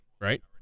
right